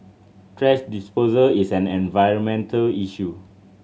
thrash disposal is an environmental issue